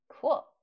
Cool